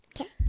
Okay